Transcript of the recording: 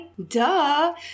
Duh